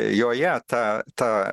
joje ta ta